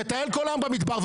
מטייל כל היום במדבר,